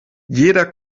jeder